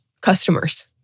customers